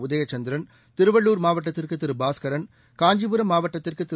உதயச்சந்திரன் திருவள்ளூர் மாவட்டத்திற்கு திரு பாஸ்கரன் காஞ்சிபுரம் மாவட்டத்திற்கு திரு